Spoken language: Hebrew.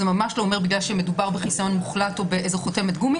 זה ממש לא אומר שבגלל שמדובר בחיסיון מוחלט או בחותמת גומי